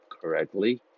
correctly